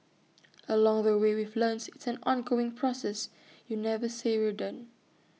along the way we've learnt it's an ongoing process you never say we're done